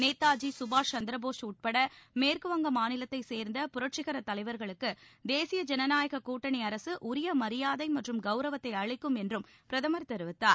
நேதாஜி சுபாஷ் சந்திரபோஸ் உட்பட மேற்குவங்க மாநிலத்தைச் சேர்ந்த புரட்சிகரத் தலைவர்களுக்கு தேசிய ஜனநாயகக் கூட்டணி அரக உரிய மரியாதை மற்றும் கௌரவத்தை அளிக்கும் என்றும் பிரதமர் தெரிவித்தார்